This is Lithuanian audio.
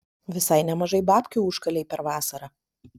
visai nemažai babkių užkalei per vasarą